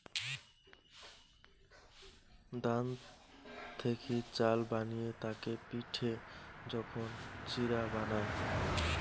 ধান থেকি চাল বানিয়ে তাকে পিটে যখন চিড়া বানায়